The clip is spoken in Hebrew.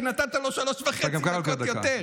כי נתת לו שלוש וחצי דקות יותר.